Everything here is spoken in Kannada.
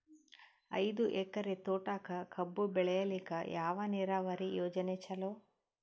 ಐದು ಎಕರೆ ತೋಟಕ ಕಬ್ಬು ಬೆಳೆಯಲಿಕ ಯಾವ ನೀರಾವರಿ ಯೋಜನೆ ಚಲೋ?